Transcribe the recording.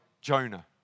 Jonah